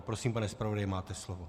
Prosím, pane zpravodaji, máte slovo.